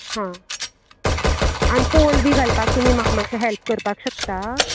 हां आनी पोल बी घालपाक तुमी म्हाका मातशें हेल्प करपाक शकता